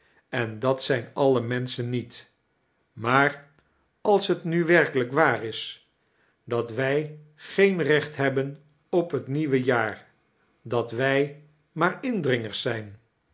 en dat zijn alle menschen niet maar als het nu werkelijk waar is dat wij geen recht hebben op het nieuwe jaar dat wij maar indringers zijn